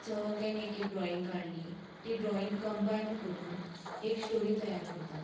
सगळ्यांनी एक एक ड्रॉइंग काडली ती ड्रॉइंग कम्बाइन करून एक स्टोरी तयार करतात